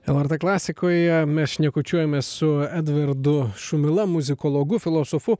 lrt klasikoje mes šnekučiuojamės su edvardu šumila muzikologu filosofu